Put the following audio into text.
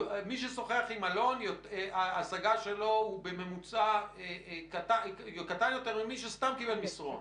מי ששוחח עם אלון ההשגה שלו בממוצע קטן יותר ממי שסתם קיבל מסרון.